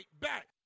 back